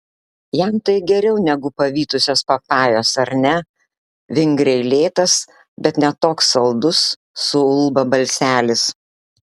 jam tai geriau negu pavytusios papajos ar ne vingriai lėtas bet ne toks saldus suulba balselis